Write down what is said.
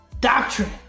doctrine